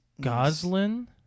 Goslin